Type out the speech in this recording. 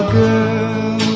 girl